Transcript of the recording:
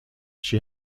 she